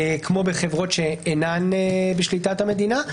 כמו בחברות שאינן בשליטת המדינה.